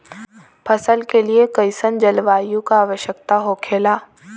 फसल के लिए कईसन जलवायु का आवश्यकता हो खेला?